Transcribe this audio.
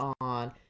on